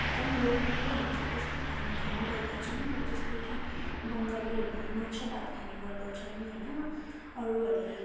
एकदम लोकप्रिय हुन्छ त्यस्तै खाना खाने गर्दछन् र जस्तै कि बङ्गालीहरूले माछा भात खाने गर्दछन् होइन अरूहरूले